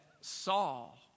Saul